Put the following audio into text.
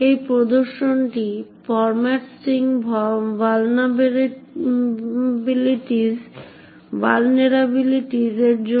এই প্রদর্শনটি format string vulnerabilities এর জন্য